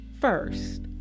first